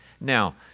now